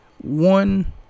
one